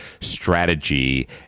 strategy